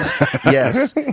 yes